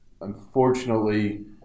unfortunately